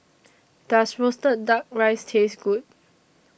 Does Roasted Duck Rice Taste Good